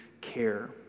care